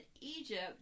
Egypt